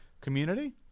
community